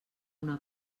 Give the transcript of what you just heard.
una